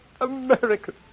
American